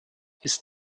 ist